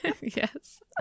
Yes